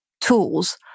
tools